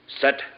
Set